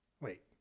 Wait